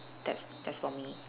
that's that's for me